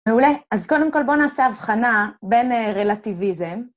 מעולה, אז קודם כל בואו נעשה הבחנה בין רלטיביזם.